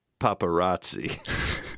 paparazzi